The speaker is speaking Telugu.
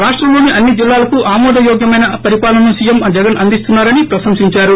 రాష్టంలోని అన్ని జిల్లాలకు ఆమోదయోగ్యమైన పరిపాలనను సీఎం జగన్ అందీస్తున్నారని ప్రేశంసించారు